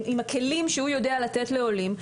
עם הכלים שהוא יודע לתת לעולים,